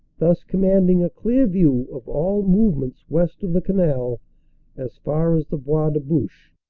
thus commanding a clear view of all movements west of the canal as far as the bois de bouche.